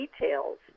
details